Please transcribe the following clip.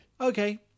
Okay